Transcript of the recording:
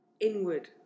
inward